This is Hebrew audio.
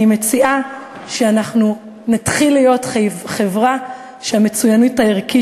אני מציעה שאנחנו נתחיל להיות חברה שהמצוינות הערכית